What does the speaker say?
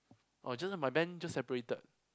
or just my band just separated